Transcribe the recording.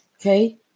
Okay